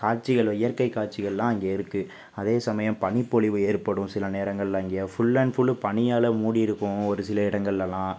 காட்சிகளும் இயற்கை காட்சிகளெலாம் அங்கே இருக்குது அதே சமயம் பனிப்பொலிவு ஏற்படும் சில நேரங்களில் அங்கே ஃபுல் அண்ட் ஃபுல்லும் பனியால் மூடி இருக்கும் ஒரு சில இடங்கள்லல்லாம்